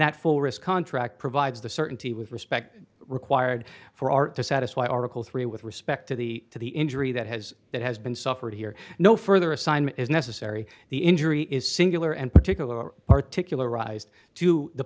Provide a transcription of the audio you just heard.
that full risk contract provides the certainty with respect required for art to satisfy article three with respect to the to the injury that has that has been suffered here no further assignment is necessary the injury is singular and particular particularly to the